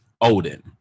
Odin